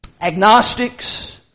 agnostics